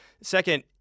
Second